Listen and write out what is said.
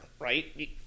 right